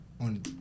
on